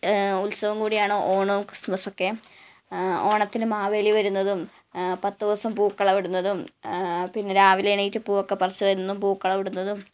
ഉത്സവം കൂടിയാണ് ഓണവും ക്രിസ്മസൊക്കെ ഓണത്തിന് മാവേലി വരുന്നതും പത്ത് ദിവസം പൂക്കളമിടുന്നതും പിന്നെ രാവിലെ എണീറ്റ് പൂവൊക്കെ പറിച്ച് എന്നും പൂക്കളമിടുന്നതും